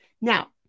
Now